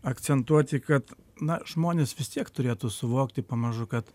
akcentuoti kad na žmonės vis tiek turėtų suvokti pamažu kad